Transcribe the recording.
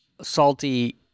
salty